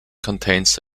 contains